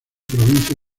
provincia